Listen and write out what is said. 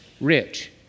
Rich